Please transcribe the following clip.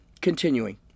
continuing